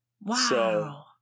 Wow